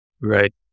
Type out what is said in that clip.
Right